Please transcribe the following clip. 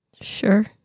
Sure